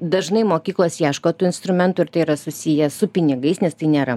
dažnai mokyklos ieško tų instrumentų ir tai yra susiję su pinigais nes tai nėra